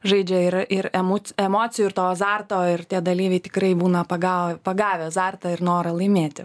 žaidžia yra ir emoc emocijų ir to azarto ir tie dalyviai tikrai būna pagau pagavę azartą ir norą laimėti